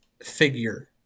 figure